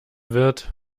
wird